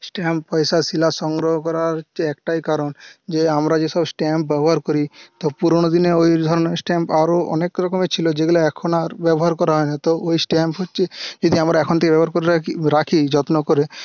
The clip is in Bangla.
স্ট্যাম্প পয়সা শিলা সংগ্রহ করার হচ্ছে একটাই কারণ যে আমরা যে সব স্ট্যাম্প ব্যবহার করি তো পুরোনো দিনে ঐ ধরনের স্ট্যাম্প আরও অনেক রকমের ছিল যেগুলো এখন আর ব্যবহার করা হয় না তো ঐ স্ট্যাম্প হচ্ছে যদি আমরা এখন থেকে ব্যবহার করে রাখি যত্ন করে